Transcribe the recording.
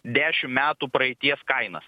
dešimt metų praeities kainas